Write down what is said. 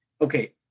okay